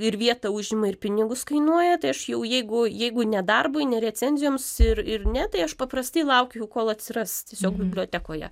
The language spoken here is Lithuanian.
ir vietą užima ir pinigus kainuoja tai aš jau jeigu jeigu ne darbui ne recenzijoms ir ir ne tai aš paprastai laukiu kol atsiras tiesiog bibliotekoje